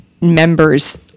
members